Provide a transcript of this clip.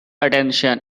attention